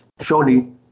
Surely